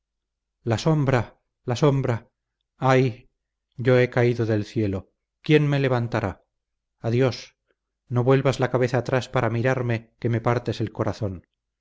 la sombra la sombra ay yo he caído del cielo quién me levantará adiós no vuelvas la cabeza atrás para mirarme que me partes el corazón